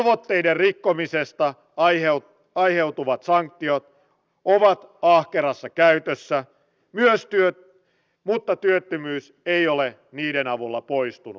velvoitteiden rikkomisesta aiheutuvat sanktiot ovat ahkerassa käytössä mutta työttömyys ei ole niiden avulla poistunut